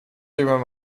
through